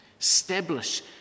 establish